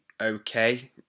okay